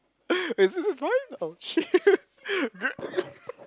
is this that why oh shit good